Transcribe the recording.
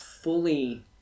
fully